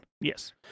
Yes